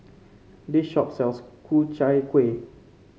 this shop sells Ku Chai Kuih